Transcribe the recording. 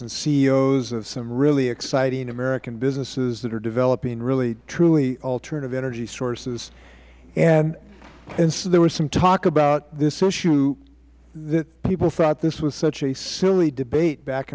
and ceos and some really exciting american businesses that are developing really truly alternative energy sources and there was some talk about this issue that people thought this was such a silly debate back